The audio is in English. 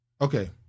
Okay